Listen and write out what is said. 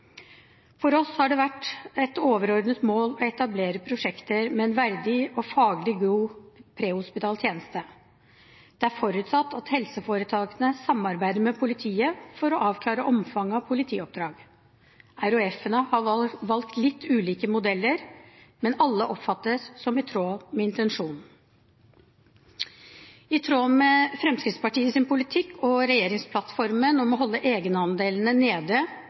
For oss har det vært et overordnet mål å etablere prosjekter med en verdig og faglig god prehospital tjeneste. Det er forutsatt at helseforetakene samarbeider med politiet for å avklare omfanget av politioppdrag. RHF-ene har valgt litt ulike modeller, men alle oppfattes som i tråd med intensjonen. I tråd med Fremskrittspartiets politikk og regjeringsplattformen om å holde egenandelene nede